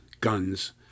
guns